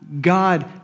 God